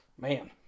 man